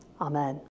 Amen